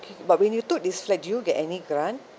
okay but when you took this flat did you get any grant